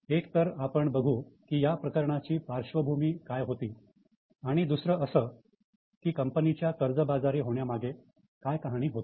एक तर आपण बघू की या प्रकरणाची पार्श्वभूमी काय होती आणि दुसरं असं की कंपनीच्या कर्जबाजारी होण्या मागे काय कहाणी होती